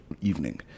evening